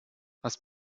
was